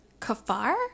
kafar